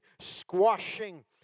squashing